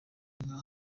inka